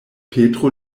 petro